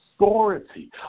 authority